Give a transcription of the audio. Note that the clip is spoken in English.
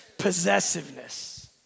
Possessiveness